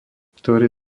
ktoré